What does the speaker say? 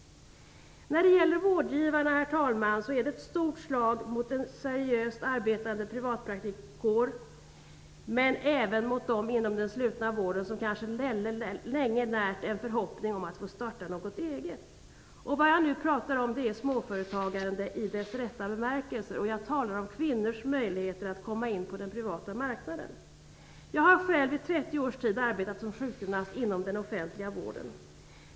När det gäller vårdgivarna är detta ett stort slag mot en seriöst arbetande privatpraktikerkår och även mot dem inom den slutna vården som kanske länge närt en förhoppning om att få starta något eget. Nu talar jag om småföretagande i dess rätta bemärkelse, och jag talar om kvinnors möjligheter att komma in på den privata marknaden. Jag har själv i 30 års tid arbetat som sjukgymnast inom den offentliga vården.